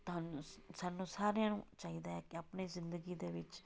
ਤਾਨੂੰ ਸਾਨੂੰ ਸਾਰਿਆਂ ਨੂੰ ਚਾਹੀਦਾ ਹੈ ਕਿ ਆਪਣੇ ਜ਼ਿੰਦਗੀ ਦੇ ਵਿੱਚ